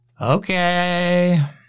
Okay